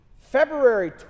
February